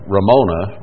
Ramona